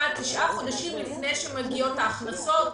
עד תשעה חודשים לפני שמגיעות ההכנסות.